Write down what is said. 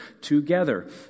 together